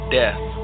death